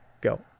go